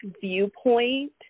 viewpoint